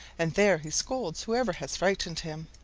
and there he scolds whoever has frightened him.